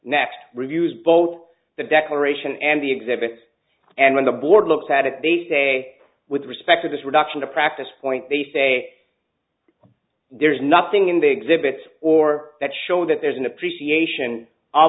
next reviews both the declaration and the exhibits and when the board looks at it they say with respect to this reduction to practice point they say there's nothing in the exhibits or that show that there's an appreciation